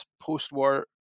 post-war